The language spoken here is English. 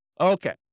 Okay